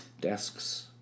desks